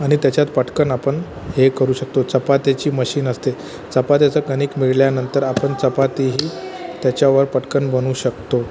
आणि त्याच्यात पटकन आपण हे करू शकतो चपात्याची मशीन असते चपात्याचं कणिक मळल्यानंतर आपण चपातीही त्याच्यावर पटकन बनवू शकतो